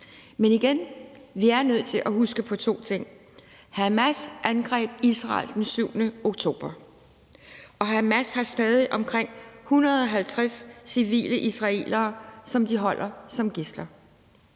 Men igen er vi nødt til at huske på to ting: Hamas angreb Israel den 7. oktober, og Hamas har stadig omkring 150 civile israelere, som de holder som gidsler.